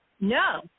no